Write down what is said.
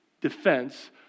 defense